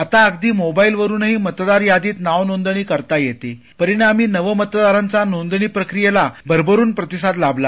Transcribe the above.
आता अगदी मोबाइलवरूनहीमतदार यादीत नाव नोंदणी करता येते परिणामी नवमतदारांचा नोंदणी प्रक्रियेला भरभरूनप्रतिसाद लाभला